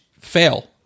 fail